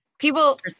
People